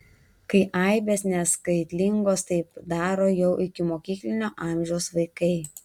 kai aibės neskaitlingos taip daro jau ikimokyklinio amžiaus vaikai